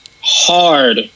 hard